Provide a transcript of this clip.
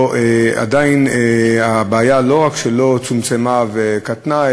ועדיין הבעיה לא רק שלא צומצמה וקטנה,